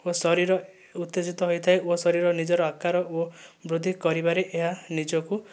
ଓ ଶରୀର ଉତ୍ତେଜିତ ହୋଇଥାଏ ଓ ଶରୀର ନିଜର ଆକାର ଓ ବୃଦ୍ଧି କରିବାରେ ଏହା ନିଜକୁ